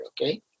Okay